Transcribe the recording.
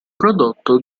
prodotto